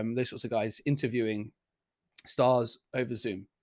um, those sorts of guys interviewing stars over zoom,